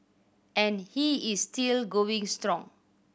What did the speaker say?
and he is still going strong